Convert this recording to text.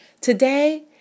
Today